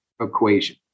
equation